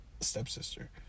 stepsister